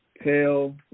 Pale